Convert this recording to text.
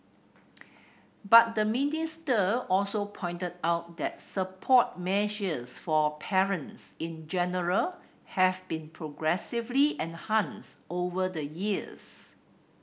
but the minister also pointed out that support measures for parents in general have been progressively enhanced over the years